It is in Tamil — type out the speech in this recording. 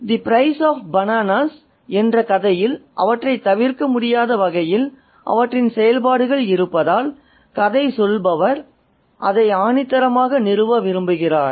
தி பிரைஸ் ஆஃப் பனானாஸ் வாழைப்பழங்களின் விலை என்ற கதையில் அவற்றைத் தவிர்க்க முடியாத வகையில் அவற்றின் செயல்பாடுகள் இருப்பதால் கதை சொல்பவர் அதை ஆணித்தரமாக நிறுவ விரும்புகிறார்